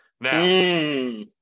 Now